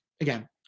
again